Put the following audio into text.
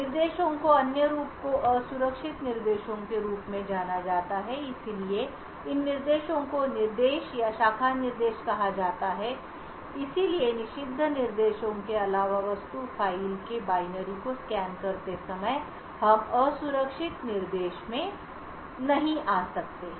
निर्देशों के एक अन्य रूप को असुरक्षित निर्देशों के रूप में जाना जाता है इसलिए इन निर्देशों को निर्देश या शाखा निर्देश कहा जाता है इसलिए निषिद्ध निर्देशों के अलावा वस्तु फ़ाइल के बाइनरी को स्कैन करते समय हम असुरक्षित निर्देशों में भी आ सकते हैं